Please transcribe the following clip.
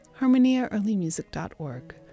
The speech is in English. harmoniaearlymusic.org